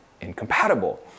incompatible